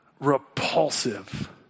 repulsive